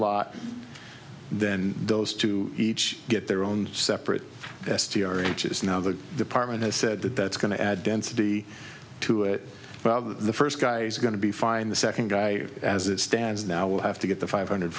lot then those two each get their own separate s t r each is now the department has said that that's going to add density to it the first guy is going to be fine the second guy as it stands now will have to get the five hundred